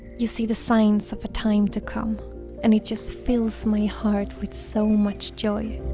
you see the signs of a time to come and it just fills my heart with so much joy